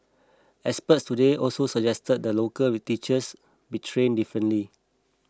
experts today also suggested that local teachers be trained differently